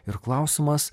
ir klausimas